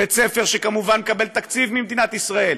בית-ספר שכמובן מקבל תקציב ממדינת ישראל,